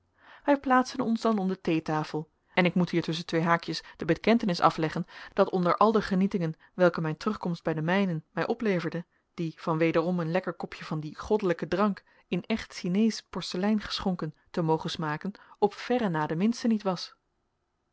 wij plaatsten ons dan om de theetafel en ik moet hier tusschen twee haakjes de bekentenis afleggen dat onder al de genietingen welke mijn terugkomst bij de mijnen mij opleverde die van wederom een lekker kopje van dien goddelijken drank in echt sineesch porcelein geschonken te mogen smaken op verre na de minste niet was